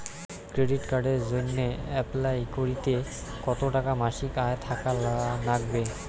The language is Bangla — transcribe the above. ক্রেডিট কার্ডের জইন্যে অ্যাপ্লাই করিতে কতো টাকা মাসিক আয় থাকা নাগবে?